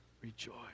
rejoice